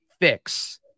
fix